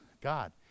God